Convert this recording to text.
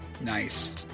Nice